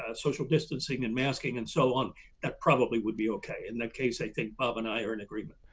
ah social distancing and masking and so on that probably would be okay. in that case i think bob and i are in agreement.